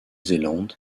zélande